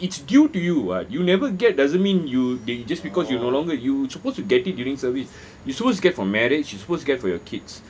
it's due to you [what] you never get doesn't mean you that just because you no longer you supposed to get it during service you supposed to get for marriage you supposed to get for your kids